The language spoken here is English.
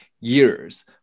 years